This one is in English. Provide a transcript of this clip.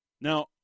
Now